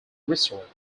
resort